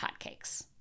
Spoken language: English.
hotcakes